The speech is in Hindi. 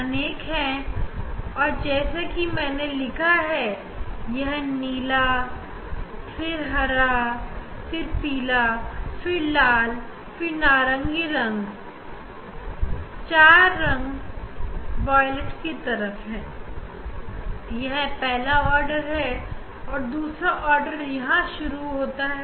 हमें यहां पर मुख्य रुप से नीली हरी पीली उसके बाद लाल फिर नारंगी रंगों की स्पेक्ट्रेल लाइन मिल रही है और उस के बाद वॉयलेट रंग की लाइन मिल है